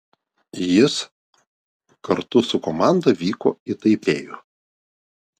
jis kartu su komanda vyko į taipėjų